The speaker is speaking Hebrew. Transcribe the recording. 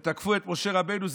תקפו את משה רבנו,